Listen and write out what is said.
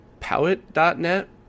powit.net